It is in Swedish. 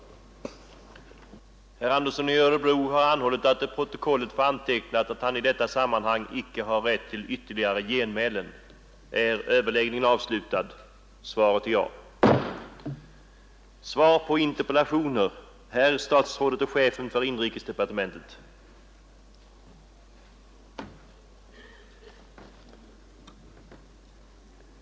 anhållit att till protokollet få antecknat att han inte ägde rätt till ytterligare anförande i denna debatt.